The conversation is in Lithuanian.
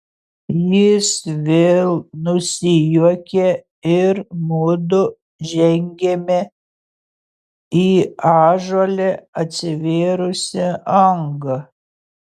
jis vėl nusijuokė ir mudu žengėme į ąžuole atsivėrusią angą